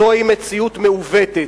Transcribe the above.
זוהי מציאות מעוותת.